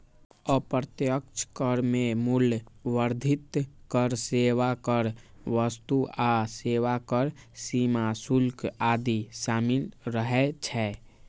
अप्रत्यक्ष कर मे मूल्य वर्धित कर, सेवा कर, वस्तु आ सेवा कर, सीमा शुल्क आदि शामिल रहै छै